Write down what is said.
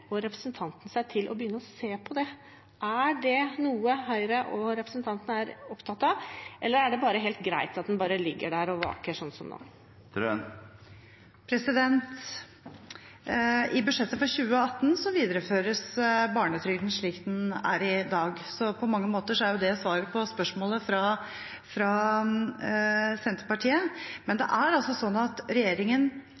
og representanten seg til å begynne å se på det? Er det noe Høyre og representanten er opptatt av, eller er det helt greit at den bare ligger der og vaker, sånn som nå? I budsjettet for 2018 videreføres barnetrygden slik den er i dag. På mange måter er det svaret på spørsmålet fra Senterpartiet. Men det er altså slik at regjeringen i løpet av de